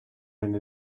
and